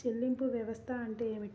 చెల్లింపు వ్యవస్థ అంటే ఏమిటి?